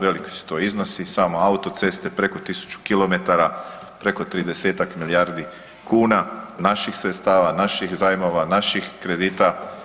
Veliki su to iznosi same autoceste preko 1000 km, preko 30-tak milijardi kuna naših sredstava, naših zajmova, naših kredita.